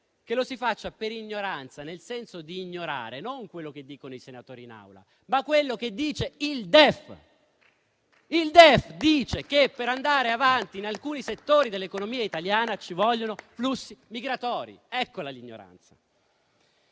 lo si faccia per ignoranza, nel senso di ignorare non quello che dicono i senatori in Aula, ma quello che dice il DEF. Tale documento afferma che per andare avanti in alcuni settori dell'economia italiana ci vogliono flussi migratori. Eccola, l'ignoranza.